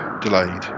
delayed